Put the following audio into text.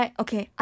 okay